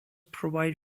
provide